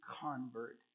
convert